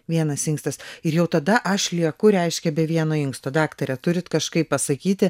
vienas inkstas ir jau tada aš lieku reiškia be vieno inksto daktare turit kažkaip pasakyti